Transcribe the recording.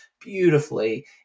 beautifully